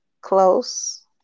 close